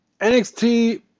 NXT